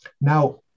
Now